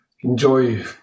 enjoy